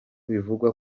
bivugwa